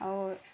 ଅର୍